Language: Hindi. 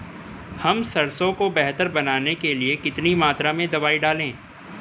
हम सरसों को बेहतर बनाने के लिए कितनी मात्रा में दवाई डालें?